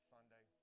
Sunday